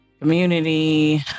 community